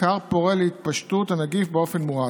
כר פורה להתפשטות הנגיף באופן מואץ.